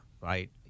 right